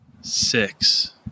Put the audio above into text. Six